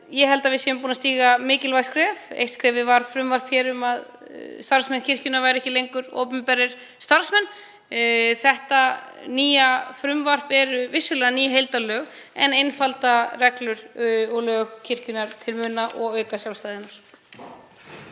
Ég held að við höfum stigið mikilvæg skref. Eitt skrefið var frumvarp um að starfsmenn kirkjunnar væru ekki lengur opinberir starfsmenn. Þetta nýja frumvarp er vissulega ný heildarlög en einfaldar reglur og lög kirkjunnar til muna og eykur sjálfstæði